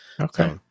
Okay